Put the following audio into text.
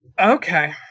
Okay